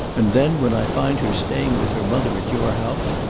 and then, when i find her staying with her mother at your house,